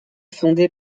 fondée